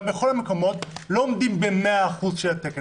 גם בכל המקומות לא עומדים ב-100% של התקן,